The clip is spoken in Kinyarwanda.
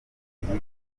yitwa